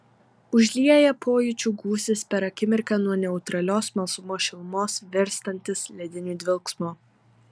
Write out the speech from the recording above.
užlieja pojūčių gūsis per akimirką nuo neutralios smalsumo šilumos virstantis lediniu dvelksmu